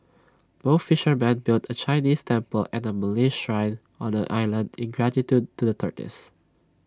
both fishermen built A Chinese temple and A Malay Shrine on the island in gratitude to the tortoise